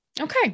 Okay